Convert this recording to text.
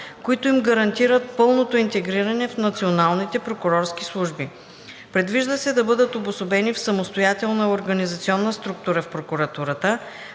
които им гарантират пълното интегриране в националните прокурорски служби. Предвижда се да бъдат обособени в самостоятелна организационна структура в прокуратурата,